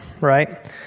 right